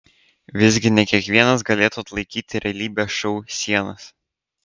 visgi ne kiekvienas galėtų atlaikyti realybės šou sienas